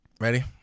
ready